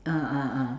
ah ah ah